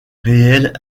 réelles